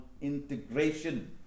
integration